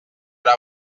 hora